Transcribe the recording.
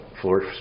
floor